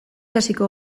hasiko